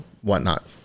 whatnot